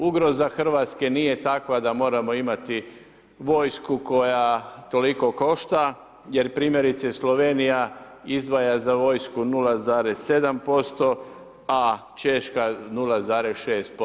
Ugroza Hrvatske nije takva, da moramo imati vojsku koja toliko košta, jer primjerice Slovenija izdvaja za vojsku 0,7%, a Češka 0,6%